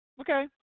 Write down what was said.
Okay